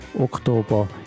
Oktober